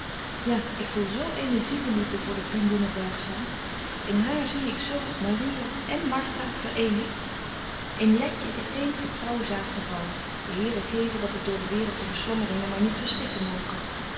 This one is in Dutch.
ja ik voel zo eene zielenliefde voor de vriendinne buigzaam in haar zie ik zo maria en martha vereenigt in letje is een getrouw zaad gevallen de here geve dat het door de waereldsche beslommeringen maar niet verstikken moge